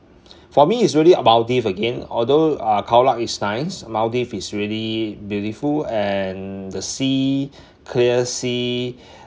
for me it's really uh maldives again although uh khao lak is nice maldives is really beautiful and the sea clear sea